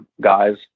guys